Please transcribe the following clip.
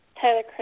Tyler